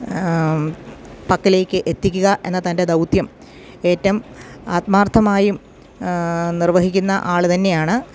പക്കലേക്ക് എത്തിക്കുക എന്ന തൻ്റെ ദൗത്യം ഏറ്റവും ആത്മാർത്ഥമായും നിർവഹിക്കുന്ന ആൾ തന്നെയാണ്